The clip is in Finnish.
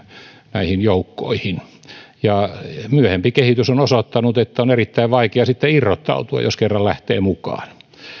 näihin joukkoihin myöhempi kehitys on osoittanut että on erittäin vaikea irrottautua jos kerran lähtee mukaan